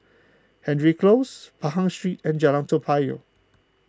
Hendry Close Pahang Street and Jalan Toa Payoh